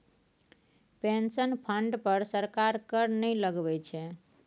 pension fund पर सरकार कर नहि लगबै छै